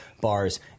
bars